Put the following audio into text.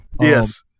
Yes